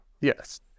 Yes